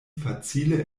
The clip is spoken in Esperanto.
facile